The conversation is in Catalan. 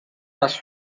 les